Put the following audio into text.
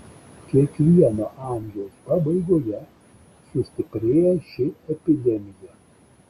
kiekvieno amžiaus pabaigoje sustiprėja ši epidemija